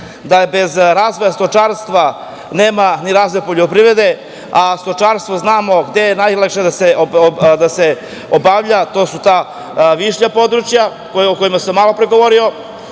da je bez razvoja stočarstva nema ni razvoj poljoprivrede, a znamo gde je stočarstvo najlakše da se obavlja, to su ta viša područja o kojima sam malopre govorio,